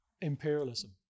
imperialism